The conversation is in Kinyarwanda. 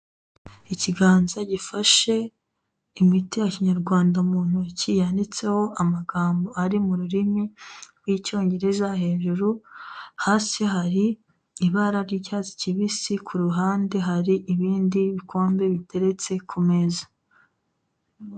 Ikiganza gifashe imiti ya Kinyarwanda mu ntoki, yanditseho amagambo ari mu rurimi rw'lcyongereza hejuru, hasi hari ibara ry'icyatsi kibisi, ku ruhande hari ibindi bikombe biteretse ku meza.